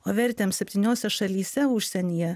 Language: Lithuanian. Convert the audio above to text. o vertėm septyniose šalyse užsienyje